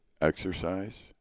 exercise